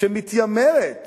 שמתיימרת